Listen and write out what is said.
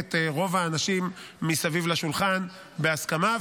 את רוב האנשים מסביב לשולחן בהסכמה.